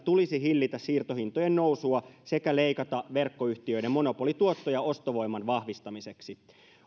tulisi hillitä siirtohintojen nousua sekä leikata verkkoyhtiöiden monopolituottoja ostovoiman vahvistamiseksi